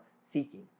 seeking